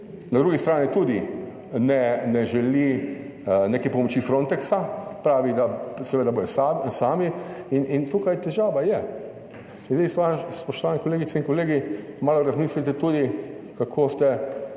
na drugi strani tudi ne, ne želi neke pomoči Frontexa, pravi, da seveda bodo sami in tukaj težava je. In zdaj / nerazumljivo/, spoštovani kolegice in kolegi, malo razmislite tudi, kako ste